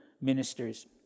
ministers